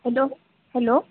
hello hello